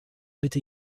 bitte